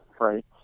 right